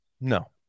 No